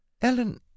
Ellen